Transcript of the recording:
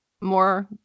more